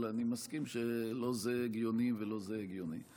אבל אני מסכים שלא זה הגיוני ולא זה הגיוני.